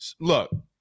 look